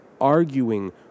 arguing